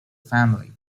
family